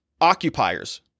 occupiers